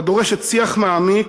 הדורשת שיח מעמיק,